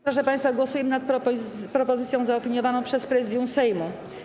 Proszę państwa, głosujemy nad propozycją zaopiniowaną przez Prezydium Sejmu.